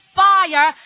fire